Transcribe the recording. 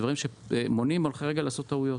דברים שמונעים מהולכי רגל לעשות טעויות.